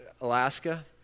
Alaska